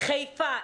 חיפה,